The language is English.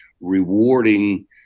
rewarding